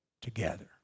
together